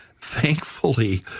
Thankfully